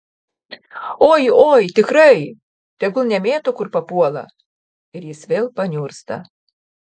oi oi tikrai tegul nemėto kur papuola ir jis vėl paniursta